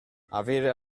avere